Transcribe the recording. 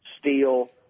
steel